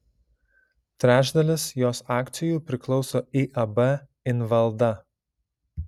trečdalis jos akcijų priklauso iab invalda